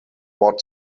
both